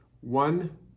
One